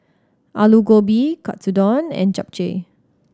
Alu Gobi Katsudon and Japchae